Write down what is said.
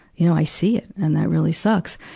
you know, i see it, and that really sucks.